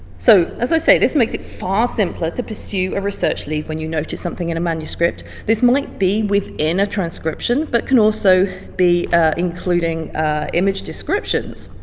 so as i said, this makes it far simpler to pursue a research lead when you notice something in a manuscript. this might be within a transcription but can also be including image descriptions.